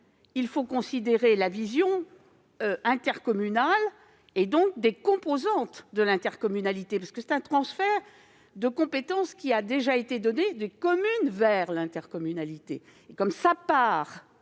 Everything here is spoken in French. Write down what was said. il faut considérer la vision intercommunale, donc celle des composantes de l'intercommunalité, car c'est un transfert de compétences qui a déjà été effectué des communes vers l'intercommunalité. Si ces